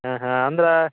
ಹಾಂ ಹಾಂ ಅಂದ್ರ